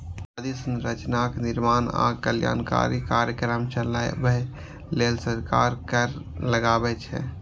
बुनियादी संरचनाक निर्माण आ कल्याणकारी कार्यक्रम चलाबै लेल सरकार कर लगाबै छै